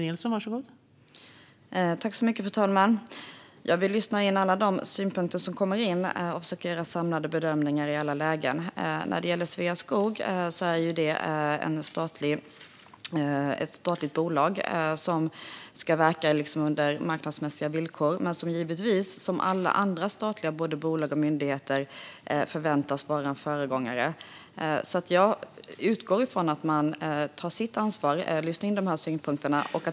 Fru talman! Vi lyssnar in alla de synpunkter som kommer in och försöker i alla lägen att göra samlade bedömningar. Sveaskog är ju ett statligt bolag som ska verka under marknadsmässiga villkor. Men som alla andra statliga bolag och myndigheter förväntas det givetvis vara en föregångare. Jag utgår från att man där tar sitt ansvar och lyssnar in dessa synpunkter.